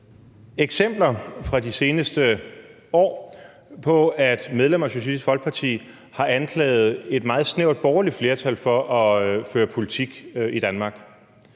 eksempler fra de seneste år på, at medlemmer af Socialistisk Folkeparti har anklaget et meget snævert borgerligt flertal for at føre politik i Danmark,